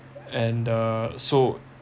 and uh so